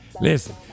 listen